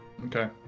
Okay